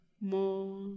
more